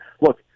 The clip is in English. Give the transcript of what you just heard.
look